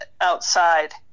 outside